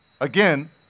again